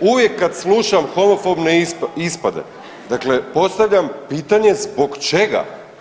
uvijek kad slušam homofobne ispade dakle postavljam pitanje zbog čega.